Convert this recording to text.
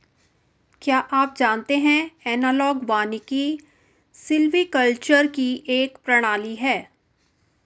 क्या आप जानते है एनालॉग वानिकी सिल्वीकल्चर की एक प्रणाली है